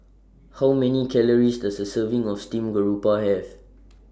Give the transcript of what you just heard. How Many Calories Does A Serving of Steamed Garoupa Have